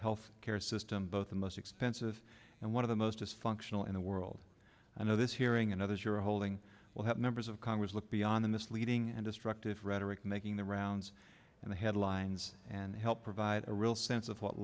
health care system both the most expensive and one of the most dysfunctional in the world i know this hearing and others you're holding will help members of congress look beyond the misleading and destructive rhetoric making the rounds and the headlines and help provide a real sense of what